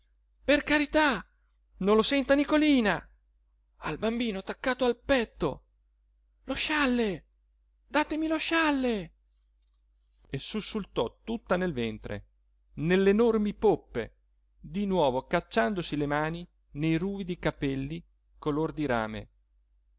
per carità non lo senta nicolina ha il bambino attaccato al petto lo scialle datemi lo scialle e sussultò tutta nel ventre nelle enormi poppe di nuovo cacciandosi le mani nei ruvidi capelli color di rame